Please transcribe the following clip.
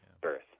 birth